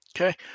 Okay